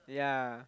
yeah